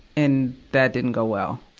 and that didn't go well.